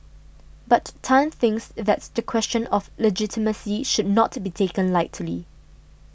but Tan thinks that's the question of legitimacy should not be taken lightly